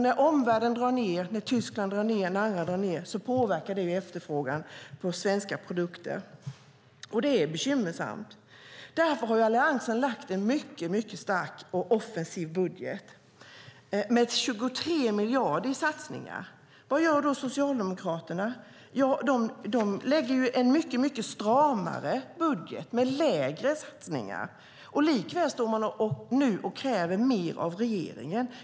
När omvärlden - Tyskland och andra - drar ned påverkar det efterfrågan på svenska produkter. Det är bekymmersamt. Därför har Alliansen lagt fram en mycket stark och offensiv budget med 23 miljarder i satsningar. Vad gör då Socialdemokraterna? De lägger fram en mycket stramare budget med lägre satsningar. Likväl står de nu och kräver mer av regeringen.